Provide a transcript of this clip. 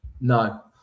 No